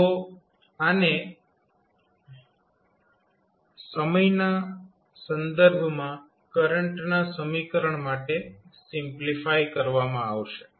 તો આને સમયના સંદર્ભમાં કરંટના સમીકરણ માટે સિમ્પ્લિફાય કરવામાં આવશે